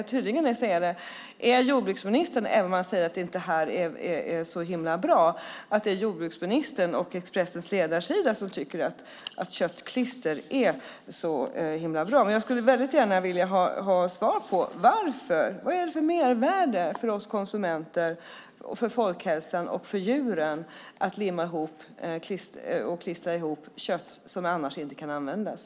Tydligen är det jordbruksministern, även om han inte säger att det är så himla bra, och Expressens ledarsida som tycker att köttklister är så himla bra. Men jag skulle gärna vilja ha svar på vad det är för mervärde för oss konsumenter, folkhälsan och djuren att klistra ihop kött som annars inte kan användas.